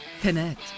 Connect